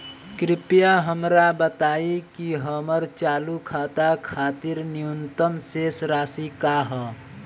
कृपया हमरा बताइं कि हमर चालू खाता खातिर न्यूनतम शेष राशि का ह